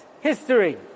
history